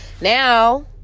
now